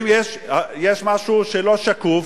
אם יש משהו לא שקוף,